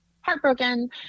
heartbroken